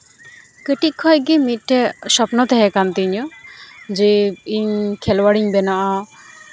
ᱠᱟᱹᱴᱤᱡ ᱠᱷᱚᱡᱜᱮ ᱢᱤᱫᱴᱮᱡ ᱥᱚᱯᱱᱚ ᱛᱟᱦᱮᱸ ᱠᱟᱱ ᱛᱤᱧᱟ ᱡᱮ ᱤᱧ ᱠᱷᱮᱞᱣᱟᱲ ᱤᱧ ᱵᱮᱱᱟᱜᱼᱟ